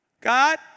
God